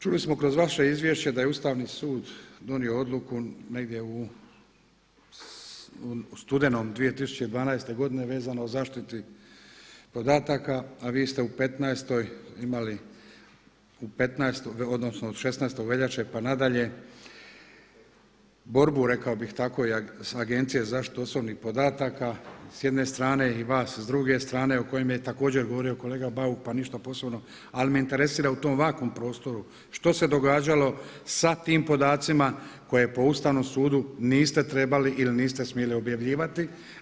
Čuli smo kroz vaše izvješće da je Ustavni sud donio odluku negdje u studenom 2012. godine vezano o zaštiti podataka, a vi ste u 2015. imali odnosno 16. veljače pa nadalje borbu rekao bih tako sa Agencijom za zaštitu osobnih podataka s jedne strane i vas s druge strane o kojim je također govorio kolega Bauk, pa ništa posebno, ali me interesira u tom vakuum prostoru što se događalo sa tim podacima koje po Ustavnom sudu niste trebali ili niste smjeli objavljivati.